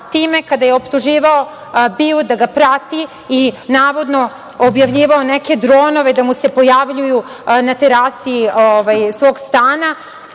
time kada je optuživao BIA da ga prati i navodno objavljivao neke dronove da mu se pojavljuju na terasi stana?